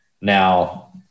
now